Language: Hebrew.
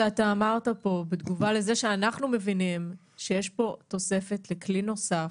שאתה אמרת פה בתגובה לזה שאנחנו מבינים שיש פה תוספת לכלי נוסף.